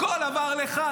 הכול עבר לך.